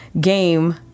game